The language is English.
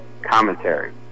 Commentary